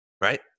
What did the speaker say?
right